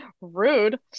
rude